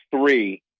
three